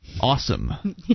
Awesome